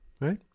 right